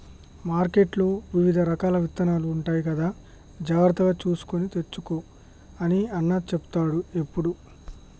మార్కెట్లో వివిధ రకాల విత్తనాలు ఉంటాయి కదా జాగ్రత్తగా చూసుకొని తెచ్చుకో అని అన్న చెపుతాడు ఎప్పుడు